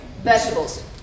vegetables